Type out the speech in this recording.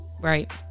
right